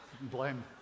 Blame